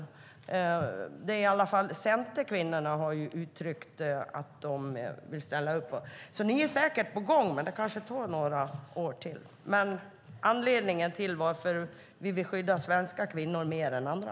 Centerkvinnorna har uttryckt att de vill ställa sig bakom detta. Ni är säkert på gång, men det kanske tar några år till. Men jag vill höra anledningen till att man vill skydda svenska kvinnor mer än andra.